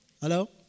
Hello